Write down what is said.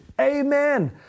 amen